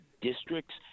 districts